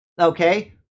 Okay